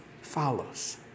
follows